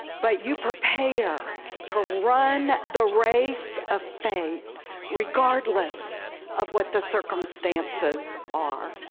but you prepare to run the race of faith regardless of what the circumstances are.